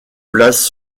place